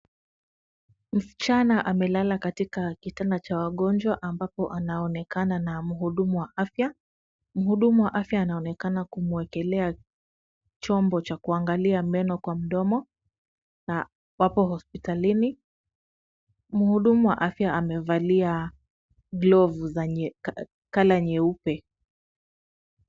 Msichana amelala katika kitanda cha wagonjwa ambapo anaonekana na mhudumu wa afya, mhudumu wa afya anaonekana kumwekelea chombo cha kuangalia meno kwa mdomo na wako hospitalini. Mhudumu wa afya amevalia glavu zenye colour nyeupe.